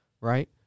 Right